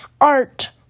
art